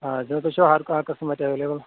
آ ییٚتہِ ہسا چھُ ہر کانٛہہ قٕسم اسہِ اویلیبٔل